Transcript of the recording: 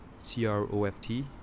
C-R-O-F-T